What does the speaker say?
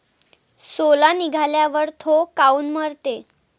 सोला निघाल्यावर थो काऊन मरते?